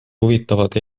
huvitavad